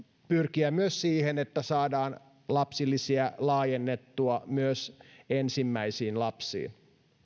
pyrkiä myös siihen että saadaan lapsilisän korotus laajennettua myös ensimmäisiin lapsiin